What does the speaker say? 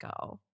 go